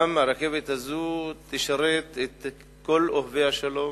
גם הרכבת הזאת תשרת את כל אוהבי השלום,